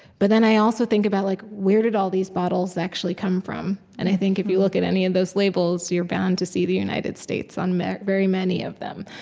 but then i also think about like where did all these bottles actually come from? and i think if you look at any of those labels, you're bound to see the united states on very many of them.